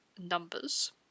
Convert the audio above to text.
numbers